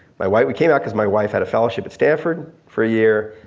my wife, we came back cause my wife had a fellowship at stanford for a year.